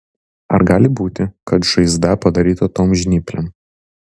ar gali būti kad žaizda padaryta tom žnyplėm